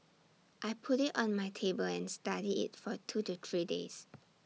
I put IT on my table and studied IT for two to three days